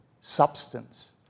substance